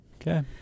Okay